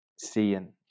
seeing